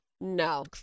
No